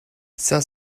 cinq